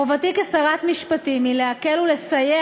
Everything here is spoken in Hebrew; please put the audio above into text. חובתי כשרת המשפטים היא להקל ולסייע